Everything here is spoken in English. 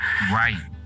Right